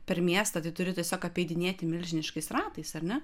per miestą tai turi tiesiog apeidinėti milžiniškais ratais ar ne